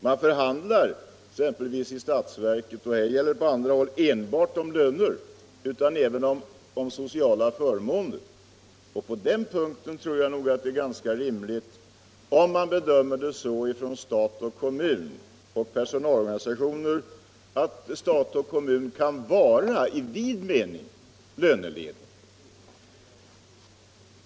Man förhandlar exempelvis inte i statsverket, och inte heller på andra håll, enbart om löner utan även om sociala förmåner. På den punkten tror jag det är rimligt att bedöma det så, från stat och kommun och från personalorganisationer, att stat och kommun kan vara i vid mening löneledande.